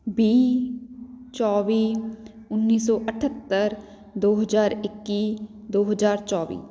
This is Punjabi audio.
ਵੀਹ ਚੌਵੀ ਉੱਨੀ ਸੌ ਅਠੱਤਰ ਦੋ ਹਜ਼ਾਰ ਇੱਕੀ ਦੋ ਹਜ਼ਾਰ ਚੌਵੀ